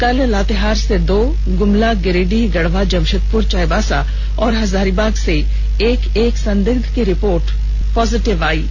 कल लातेहार से दो गुमला गिरिडीह गढ़वा जमशेदपुर चाईबासा और हजारीबाग के एक एक संदिग्ध की रिपोर्ट कोरोना पॉर्जिटिव आई है